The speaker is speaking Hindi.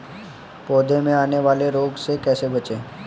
पौधों में आने वाले रोग से कैसे बचें?